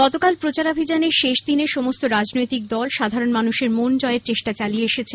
গতকাল প্রচারাভিযানের শেষ দিনে সমস্ত রাজনৈতিক দল সাধারণ মানুষের মন জয়ের চেষ্টা চালিয়ে এসেছে